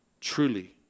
Truly